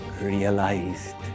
realized